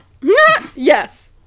Yes